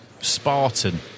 Spartan